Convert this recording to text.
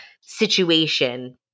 situation